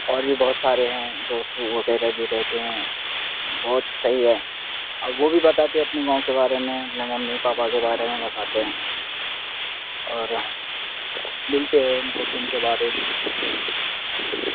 اور بھی بہت سارے ہیں دوست وغیرہ بھی رہتے ہیں بہت سہی ہے اور وہ بھی بتاتے اپنے گاؤں کے بارے میں اپنے ممی پاپا کے بارے میں بتاتے ہیں اور ملتے ہیں بہت دن کے بعد ایک دوسرے سے